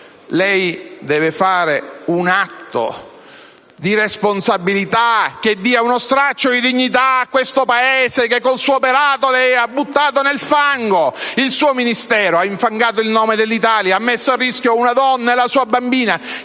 lei deve compiere un atto di responsabilità che dia uno straccio di dignità a questo Paese, che con il suo operato lei ha buttato nel fango. Il suo Ministero ha infangato il nome dell'Italia, ha messo a rischio una donna e la sua bambina,